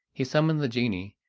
he summoned the genie,